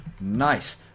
Nice